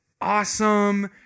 awesome